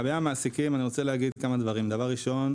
אני רוצה לומר כמה דברים לגבי המעסיקים: ראשית,